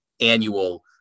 annual